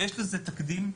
יש לזה תקדים,